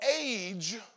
age